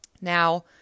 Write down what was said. Now